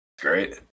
Great